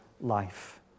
life